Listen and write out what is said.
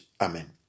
Amen